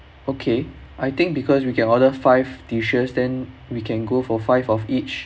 okay I think because we can order five dishes then we can go for five of each